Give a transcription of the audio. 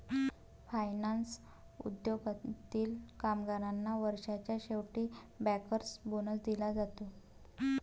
finance उद्योगातील कामगारांना वर्षाच्या शेवटी बँकर्स बोनस दिला जाते